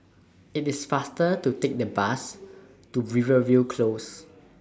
IT IS faster to Take The Bus to Rivervale Close